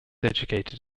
educated